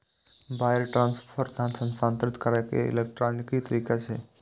wire transfer धन हस्तांतरित करै के इलेक्ट्रॉनिक तरीका छियै